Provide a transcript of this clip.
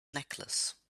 necklace